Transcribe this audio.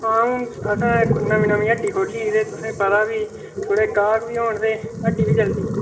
हां हून असें नमीं नमीं हट्टी खोली ते तुसेंगी पता फ्ही थोड़े गाह्क बी होन ते हट्टी बी चलदी